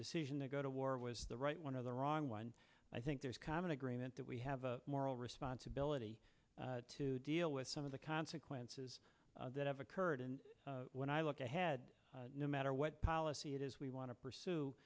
decision to go to war was the right one of the wrong one i think there's common agreement that we have a moral responsibility to deal with some of the consequences that have occurred and when i look ahead no matter what policy it is we want to pursue